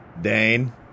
Dane